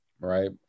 Right